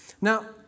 Now